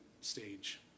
stage